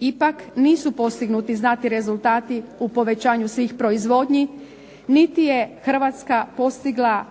Ipak nisu postignuti znatni rezultati u povećanju svih proizvodnji niti je Hrvatska postigla